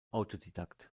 autodidakt